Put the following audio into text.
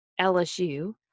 LSU